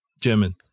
German